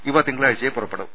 ഇവ തിങ്കളാഴ്ചയേ പുറ പ്പെടൂ